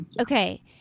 Okay